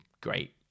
great